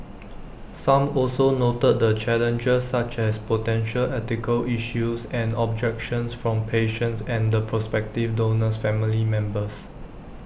some also noted the challenges such as potential ethical issues and objections from patients and the prospective donor's family members